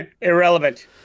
Irrelevant